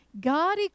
God